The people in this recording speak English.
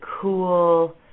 cool